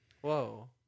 Whoa